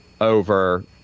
over